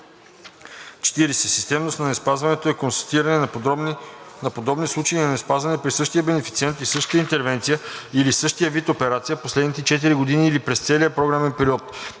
40. „Системност на неспазването“ е констатирането на подобни случаи на неспазване при същия бенефициент и същата интервенция или същия вид операция последните четири години или през целия програмен период.